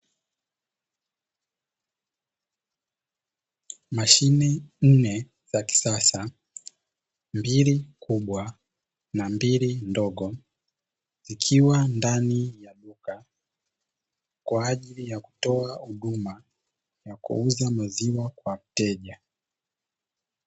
Mashine nne za kisasa mbili kubwa na mbili ndogo, zikiwa ndani ya duka kwa ajili ya kutoa ya kuuza maziwa kwa wateja.